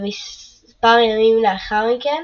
ומספר ימים לאחר מכן,